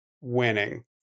winning